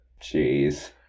Jeez